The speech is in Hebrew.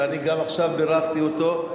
ואני גם עכשיו בירכתי אותו,